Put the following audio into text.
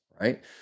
right